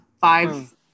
five